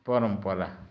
ପରମ୍ପରା